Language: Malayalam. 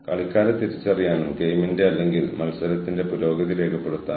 കൂടാതെ ഇവ ഉത്തരവാദിത്ത ധാർമ്മികത നല്ല തൊഴിൽ പരിചരണം ജോലിസ്ഥലത്തെ ഗുണനിലവാരം മുതലായവയാണ്